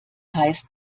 heißt